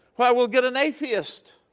why, we ll get an atheist!